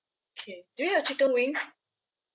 K do you have chicken wings